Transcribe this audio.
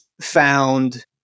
found